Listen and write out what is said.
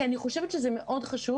כי אני חושבת שזה מאוד חשוב